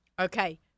Okay